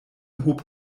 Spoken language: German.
hob